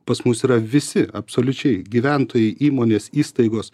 pas mus yra visi absoliučiai gyventojai įmonės įstaigos